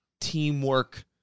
teamwork